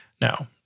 Now